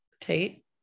Tate